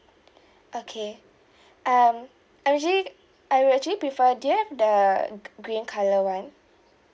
okay um I actually I will actually prefer do you have the gr~ green colour one